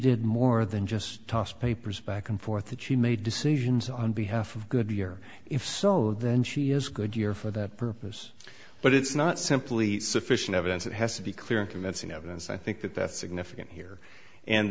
did more than just tossed papers back and forth that she made decisions on behalf of goodyear if so then she is good year for that purpose but it's not simply sufficient evidence it has to be clear and convincing evidence i think that that's significant here